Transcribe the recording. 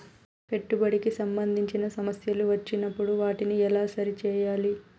పెట్టుబడికి సంబంధించిన సమస్యలు వచ్చినప్పుడు వాటిని ఎలా సరి చేయాలి?